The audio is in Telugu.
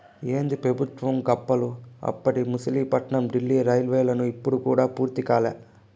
ఏందీ పెబుత్వం గప్పాలు, అప్పటి మసిలీపట్నం డీల్లీ రైల్వేలైను ఇప్పుడు కూడా పూర్తి కాలా